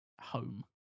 Home